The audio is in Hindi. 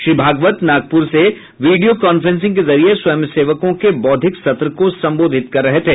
श्री भागवत नागपुर से वीडियो कांफ्रेंसिंग के जरिये स्वयंसेवकों के बौद्धिक सत्र को संबोधित कर रहे थे